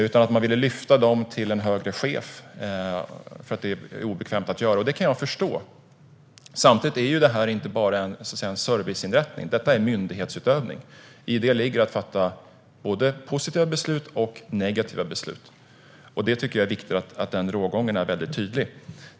Sådana ville man lyfta till en högre chef, eftersom det var obekvämt. Det kan jag förstå. Samtidigt är det här inte bara en serviceinrättning, utan det är myndighetsutövning. I det ligger att fatta både positiva och negativa beslut, och jag tycker att det är viktigt att den rågången är väldigt tydlig.